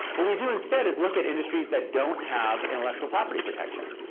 what we do instead is look at industries that don't have intellectual property protection,